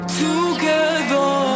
together